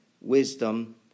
wisdom